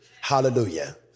Hallelujah